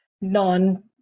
non